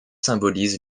symbolise